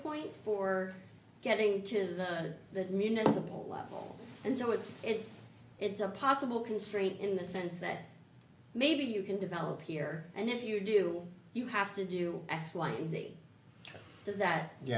point for getting to the the municipal level and so it's it's it's a possible constraint in the sense that maybe you can develop here and if you do you have to do x y and z does that